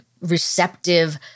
receptive